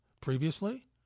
previously